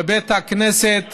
בבית הכנסת